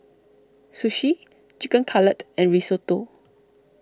Sushi Chicken Cutlet and Risotto